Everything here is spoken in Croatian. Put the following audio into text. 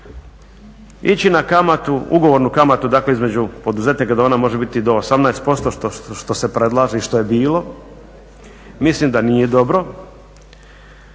Ići na ugovornu kamatu između poduzetnika da ona može biti do 18% što se predlaže i što je bilo mislim da nije dobro.